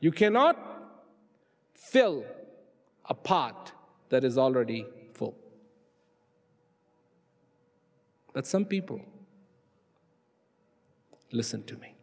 you cannot fill a part that is already full but some people listen to me